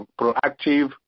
proactive